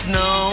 no